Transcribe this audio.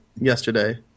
yesterday